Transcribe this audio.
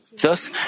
thus